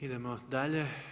Idemo dalje.